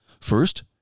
First